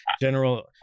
General